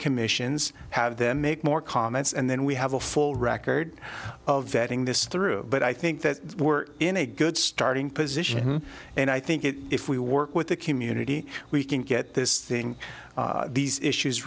commissions have them make more comments and then we have a full record of vetting this through but i think that we're in a good starting position and i think if we work with the community we can get this thing these issues